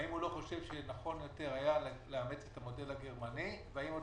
האם הוא לא חושב שנכון יותר היה לאמץ את המודל הגרמני והאם עוד